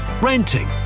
renting